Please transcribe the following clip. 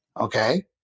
okay